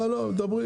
לא, לא, דברי.